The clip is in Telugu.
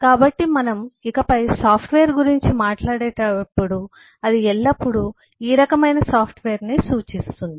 కాబట్టి మనం ఇకపై సాఫ్ట్వేర్ గురించి మాట్లాడేటప్పుడు ఇది ఎల్లప్పుడూ ఈ రకమైన సాఫ్ట్వేర్నే సూచిస్తుంది